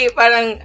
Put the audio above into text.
parang